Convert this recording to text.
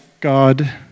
God